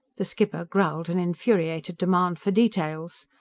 the skipper growled an infuriated demand for details.